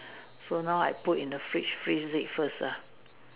so now I put in the fridge freeze it first lah